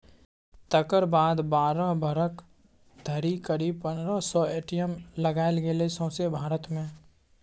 तकर बाद बारह बरख धरि करीब पनरह सय ए.टी.एम लगाएल गेलै सौंसे भारत मे